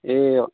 ए